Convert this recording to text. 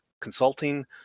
Consulting